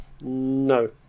No